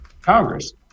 Congress